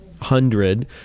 hundred